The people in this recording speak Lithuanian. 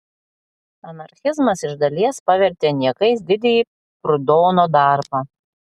anarchizmas iš dalies pavertė niekais didįjį prudono darbą